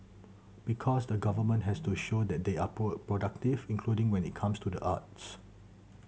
because the government has to show that they are productive including when it comes to the arts